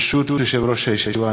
ברשות יושב-ראש הישיבה,